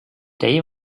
day